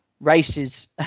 races